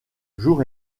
jour